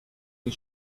you